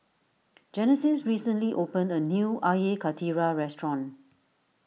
Genesis recently opened a new Air Karthira restaurant